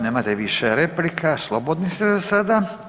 Nemate više replika slobodni ste za sada.